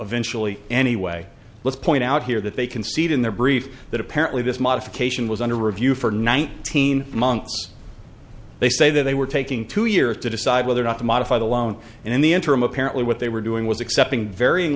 eventually anyway let's point out here that they concede in their brief that apparently this modification was under review for nineteen months they say that they were taking two years to decide whether or not to modify the loan and in the interim apparently what they were doing was accepting varying